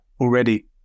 already